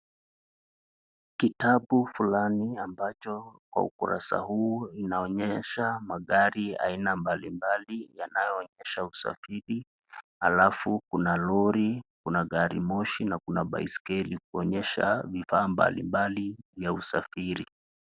Kitabu fulani ambayo kwa ukurasa huu inaonyesha magari aina mbali mbali yanayoonyesha usafiri alafu kuna lori kuna gari moshi na kuna baiskeli kuonyesha vifaa mbalimbali vya usafiri.